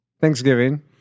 Thanksgiving